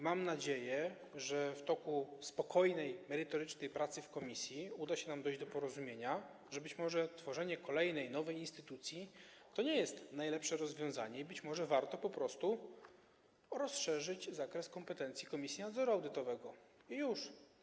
Mam nadzieję, że w toku spokojnej, merytorycznej pracy w komisji uda się nam dojść do porozumienia, że być może tworzenie kolejnej nowej instytucji to nie jest najlepsze rozwiązanie i warto po prostu rozszerzyć zakres kompetencji Komisji Nadzoru Audytowego i już.